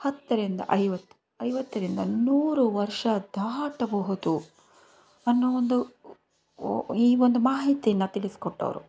ಹತ್ತರಿಂದ ಐವತ್ತು ಐವತ್ತರಿಂದ ನೂರು ವರ್ಷ ದಾಟಬಹುದು ಅನ್ನೋ ಒಂದು ಈ ಒಂದು ಮಾಹಿತಿನ ತಿಳಿಸ್ಕೊಟ್ಟವ್ರು